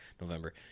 November